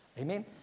Amen